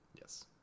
Yes